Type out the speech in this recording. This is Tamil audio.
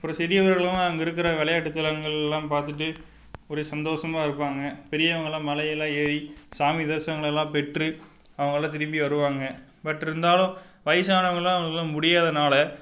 அப்புறம் சிறியவர்களும் அங்கே இருக்கிற விளையாட்டுத் தளங்கள்லாம் பார்த்துட்டு ஒரே சந்தோஷமாக இருப்பாங்க பெரியவங்கலாம் மலையெல்லாம் ஏறி சாமி தரிசனங்கள்லாம் பெற்று அவங்கலாம் திரும்பி வருவாங்க பட் இருந்தாலும் வயிதானவங்கள்லாம் அவங்களுக்குலாம் முடியாதனால்